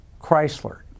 Chrysler